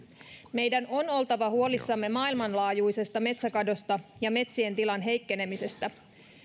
meidän on oltava huolissamme maailmanlaajuisesta metsäkadosta ja metsien tilan heikkenemisestä